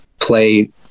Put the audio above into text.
play